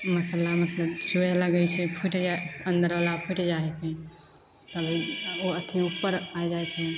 मसल्ला मतलब चुए लागै छै फुटि जाइ छै अन्दरवला फुटि जाए हिकै तब ओ अथी उपर आ जाइ छै